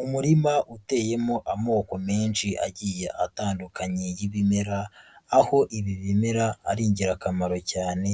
Umurima uteyemo amoko menshi agiye atandukanye y'ibimera, aho ibi bimera ari ingirakamaro cyane